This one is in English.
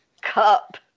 Cup